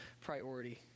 priority